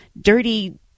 dirty